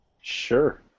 Sure